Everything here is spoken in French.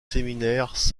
séminaire